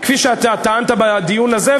כפי שאתה טענת בדיון הזה,